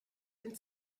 den